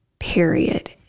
Period